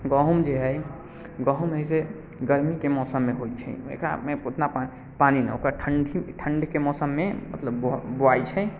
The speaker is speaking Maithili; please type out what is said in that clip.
गहुँम जे हय गहुँम हय से गरमीके मौसममे होइ छै एकरामे उतना पानि पानि नहि ओकरा ठण्डी ठण्डके मौसममे मतलब बुवाइ छै